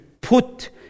put